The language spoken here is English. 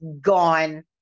gone